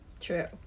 true